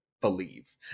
believe